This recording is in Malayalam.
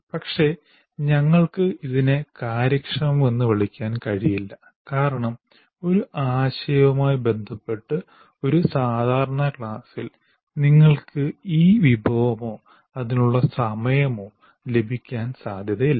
പക്ഷെ ഞങ്ങൾക്ക് ഇതിനെ കാര്യക്ഷമമെന്ന് വിളിക്കാൻ കഴിയില്ല കാരണം ഒരു ആശയവുമായി ബന്ധപ്പെട്ട് ഒരു സാധാരണ ക്ലാസ്സിൽ നിങ്ങൾക്ക് ഈ വിഭവമോ അതിനുള്ള സമയമോ ലഭിക്കാൻ സാധ്യതയില്ല